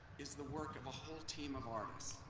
is the work of a whole team of artists.